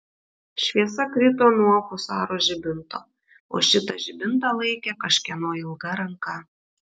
šviesa krito nuo husaro žibinto o šitą žibintą laikė kažkieno ilga ranka